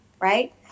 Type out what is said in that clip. right